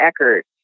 Eckert